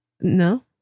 No